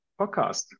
podcast